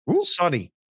Sunny